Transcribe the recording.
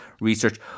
research